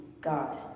God